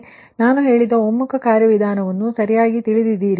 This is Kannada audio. ಆದ್ದರಿಂದ ನಾನು ಹೇಳಿದ ಒಮ್ಮುಖ ಕಾರ್ಯವಿಧಾನವನ್ನು ನೀವು ಸರಿಯಾಗಿ ತಿಳಿದಿದ್ದೀರಿ